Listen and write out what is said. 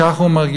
כך הוא מרגיש.